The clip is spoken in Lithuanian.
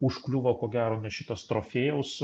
užkliuvo ko gero ne šitas trofėjaus